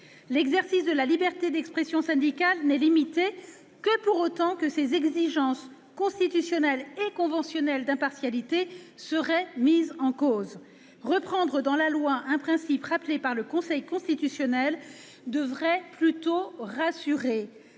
L'exercice de la liberté d'expression syndicale n'est limité que pour autant que ces exigences constitutionnelle et conventionnelle d'impartialité seraient mises en cause. Reprendre dans la loi un principe rappelé par le Conseil constitutionnel est une mesure